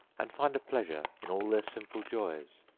and find a pleasure in all their simple joys,